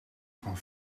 van